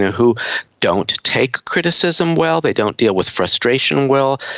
who don't take criticism well, they don't deal with frustration well,